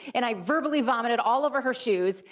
and i verbally vomited all over her shoes,